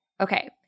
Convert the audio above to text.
Okay